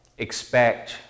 expect